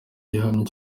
gihamya